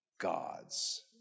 gods